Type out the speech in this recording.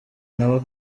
nawe